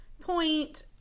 point